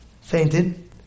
fainted